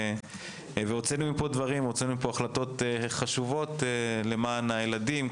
הוצאנו מפה דברים והחלטות חשובות למען הילדים.